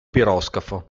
piroscafo